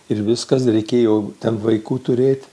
ir viskas reikėjo ten vaikų turėti